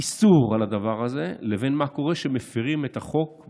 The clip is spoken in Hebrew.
איסור על הדבר הזה לבין מה שקורה כשמפירים את החוק,